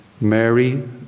Mary